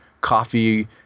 coffee